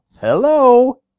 Hello